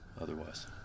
otherwise